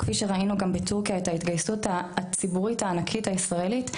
כפי שראינו גם בטורקיה את ההתגייסות הציבורית הענקית הישראלית,